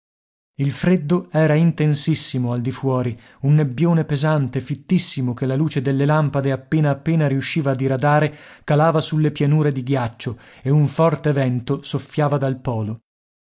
il freddo era intensissimo al di fuori un nebbione pesante fittissimo che la luce delle lampade appena appena riusciva a diradare calava sulle pianure di ghiaccio e un forte vento soffiava dal polo